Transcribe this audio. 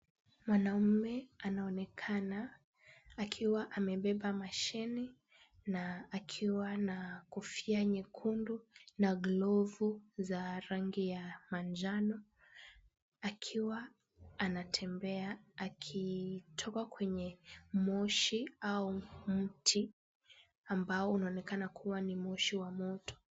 Mwanamume anaonekana akiwa amebeba mashine na akiwa na kofia nyekundu na glovu za rangi ya manjano, akiwa anatembea akitoka kwenye moshi au mti ambao unaonekana kuwa ni moshi wa moto.